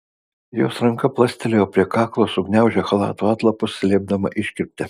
jos ranka plastelėjo prie kaklo sugniaužė chalato atlapus slėpdama iškirptę